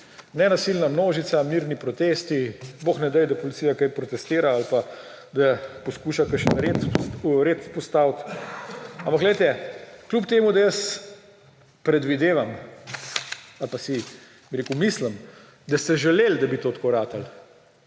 Nenasilna množica, mirni protesti. Bog ne daj, da policija kaj protestira ali pa da poskuša kakšen red vzpostaviti. Ampak kljub temu, da jaz predvidevam ali pa si mislim, da ste želeli, da bi to tako ratalo,